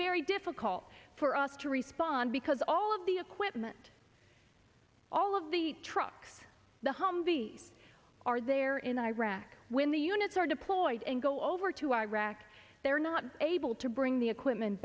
very difficult for us to respond because all of the equipment all of the trucks the humvees are there in iraq when the units are deployed and go over to iraq they're not able to bring the equipment